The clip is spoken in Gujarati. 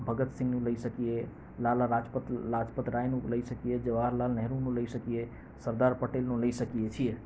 ભગતસિંહનું લઈ શકીએ લાલા લાજપત લાજપતરાયનું લઈ શકીએ જવાહરલાલ નહેરુનું લઈ શકીએ સરદાર પટેલનું લઈ શકીએ છીએ